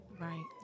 Right